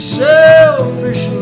selfish